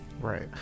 right